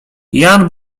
jan